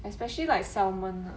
especially like salmon